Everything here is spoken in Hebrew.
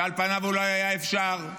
ועל פניו אולי היה אפשר,